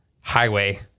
highway